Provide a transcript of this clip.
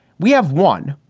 we have one.